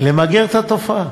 למגר את התופעה.